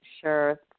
Sure